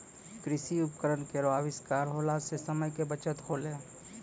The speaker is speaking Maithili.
कृषि उपकरण केरो आविष्कार होला सें समय के बचत होलै